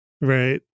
Right